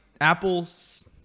Apples